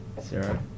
zero